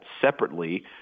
separately